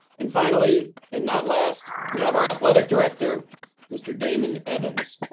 and finally, and not last, we have our athletic director mr. damon evans.